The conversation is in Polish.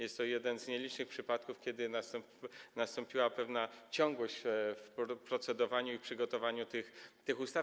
Jest to jeden z nielicznych przypadków, kiedy wystąpiła pewna ciągłość w procedowaniu i w przygotowaniu tych ustaw.